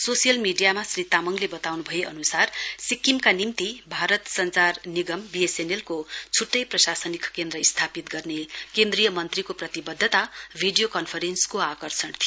social मीडियामा श्री तामङले वताउनु भए अनुसार सिक्किमका निम्ति भारतीय संचार निगम बीएनएनएल को छुट्टै प्रशासनिक केन्द्र स्थापित गर्ने केन्द्रीय मन्त्रीको प्रतिवध्दता भिडियो कन्फरेन्सको आकर्षण थियो